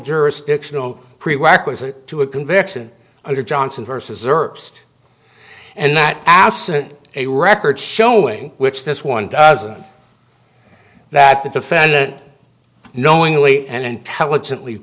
jurisdictional prerequisite to a conviction under johnson versus serbs and that absent a record showing which this one doesn't that the defendant knowingly and intelligently